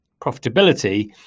profitability